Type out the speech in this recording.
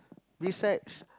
besides